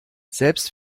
selbst